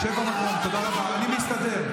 שב במקום, אני מסתדר.